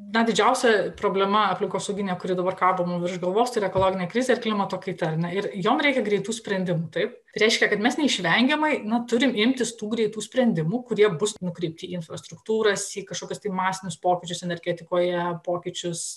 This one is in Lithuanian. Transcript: na didžiausia problema aplinkosauginė kuri dabar kabo mum virš galvos ra ekologinė krizė ir klimato kaita ar ne ir jom reikia greitų sprendimų tai reiškia kad mes neišvengiamai neturim imtis tų greitų sprendimų kurie bus nukreipti į infrastruktūras į kažkokius tai masinius pokyčius energetikoje pokyčius